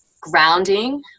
grounding